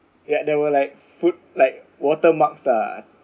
ya there were like food like water marks lah